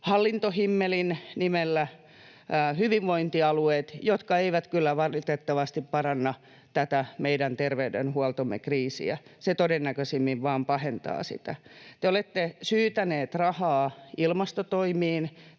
hallintohimmelin nimellä hyvinvointialueet, jotka eivät kyllä valitettavasti paranna tätä meidän terveydenhuoltomme kriisiä. Se todennäköisimmin vain pahentaa sitä. Te olette syytäneet rahaa ilmastotoimiin,